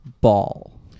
Ball